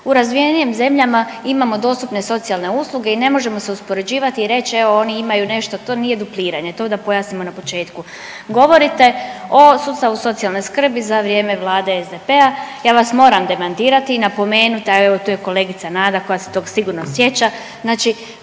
U razvijenijim zemljama imamo dostupne socijalne usluge i ne možemo se uspoređivati i reći evo, oni imaju nešto, to nije dupliranje, to da pojasnimo na početku. Govorite o sustavu socijalne skrbi za vrijeme vlade SDP-a, ja vas moram demantirati i napomenuti, a evo, tu je i kolega Nada koja se tog sigurno sjeća, znači